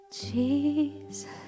Jesus